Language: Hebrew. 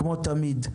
כמו תמיד,